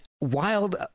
wild